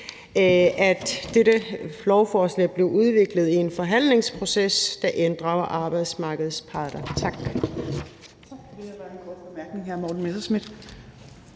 at dette lovforslag bliver udviklet i en forhandlingsproces, der inddrager arbejdsmarkedets parter.